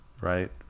right